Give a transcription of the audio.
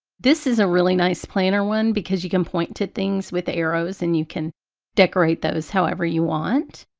this is a really nice planner one because you can point to things with arrows and you can decorate those however you want,